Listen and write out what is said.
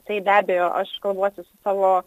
tai be abejo aš kalbuosi su savo